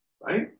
right